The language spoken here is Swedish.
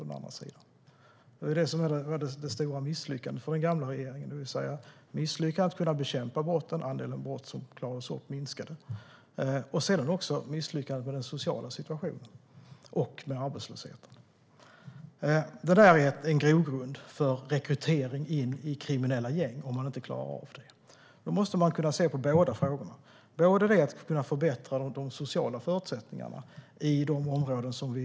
Det var det stora misslyckandet för den gamla regeringen, det vill säga misslyckandet med att bekämpa brotten och att andelen uppklarade brott minskade samt misslyckandet med den sociala situationen och arbetslösheten. Det är en grogrund för rekrytering in i kriminella gäng. Då måste man kunna se på båda frågorna. Det handlar om att förbättra de sociala förutsättningarna i de områden vi talar om.